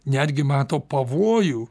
netgi mato pavojų